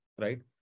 right